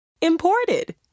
imported